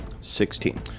sixteen